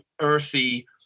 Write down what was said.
earthy